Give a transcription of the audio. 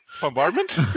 bombardment